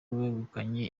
wegukanye